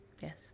yes